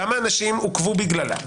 כמה אנשים עוכבו בגללה?